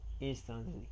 instantly